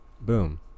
Boom